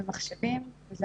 אני